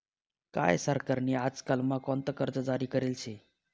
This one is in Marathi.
काय सरकार नी आजकाल म्हा कोणता कर्ज जारी करेल शे